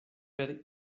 per